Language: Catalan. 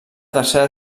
tercera